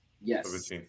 Yes